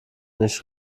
nicht